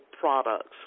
products